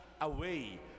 away